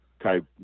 type